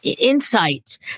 insight